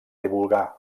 divulgar